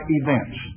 events